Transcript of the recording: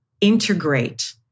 integrate